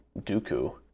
dooku